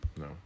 No